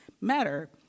matter